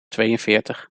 tweeënveertig